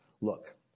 Look